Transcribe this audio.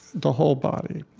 the whole body